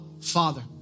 Father